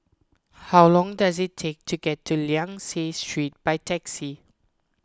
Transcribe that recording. how long does it take to get to Liang Seah Street by taxi